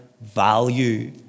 value